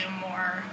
more